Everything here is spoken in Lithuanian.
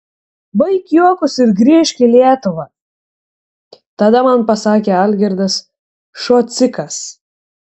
baik juokus ir grįžk į lietuvą tada man pasakė algirdas šocikas